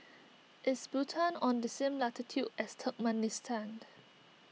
is Bhutan on the same latitude as Turkmenistan